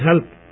help